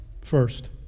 First